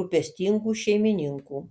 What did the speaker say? rūpestingų šeimininkų